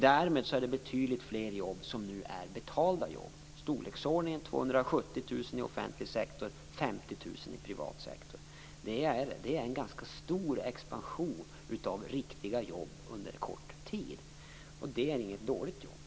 Därmed är det betydligt fler jobb som nu är betalda jobb, i storleksordningen Det är en ganska stor expansion av riktiga jobb under kort tid. Det är inget dåligt jobb.